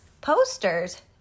posters